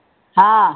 हाँ